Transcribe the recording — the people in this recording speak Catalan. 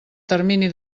termini